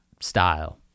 style